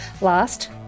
Last